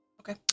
Okay